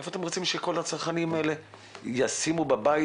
איפה אתם רוצים שכל הצרכנים אלה ישימו בבית